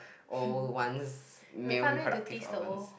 old ones male reproductive organs